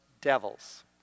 devils